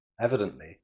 evidently